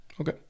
Okay